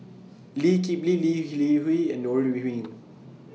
Lee Kip Lee Lee Li Hui and Ore Huiying